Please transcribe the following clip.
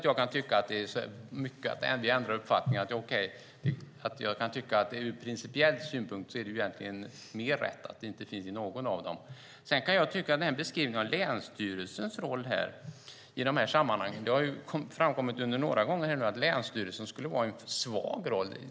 Jag kan tycka att ur principiell synpunkt är det mer rätt att det inte finns i någon av dem. Länsstyrelsens roll i de här sammanhangen har nu några gånger här beskrivits som svag.